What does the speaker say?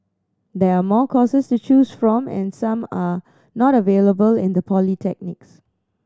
there are more courses to choose from and some are not available in the polytechnics